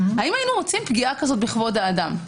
האם היינו רוצים פגיעה כזאת בכבוד האדם,